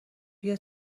بیا